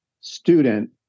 student